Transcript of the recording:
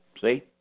See